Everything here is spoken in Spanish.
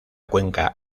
cuenca